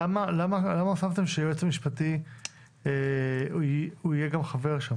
למה הוספתם שהיועץ המשפטי הוא יהיה גם חבר שם?